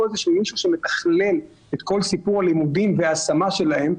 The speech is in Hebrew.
איזשהו מישהו שמתכלל את כל סיפור הלימודים וההשמה שלהם,